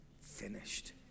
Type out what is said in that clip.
finished